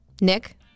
Nick